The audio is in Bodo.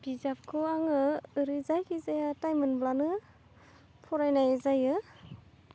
बिजाबखौ आङो ओरै जायखिजाया टाइम मोनब्लानो फरायनाय जायो